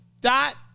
dot